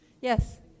Yes